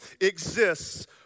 exists